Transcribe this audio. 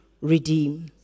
redeem